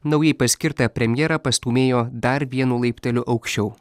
naujai paskirtą premjerą pastūmėjo dar vienu laipteliu aukščiau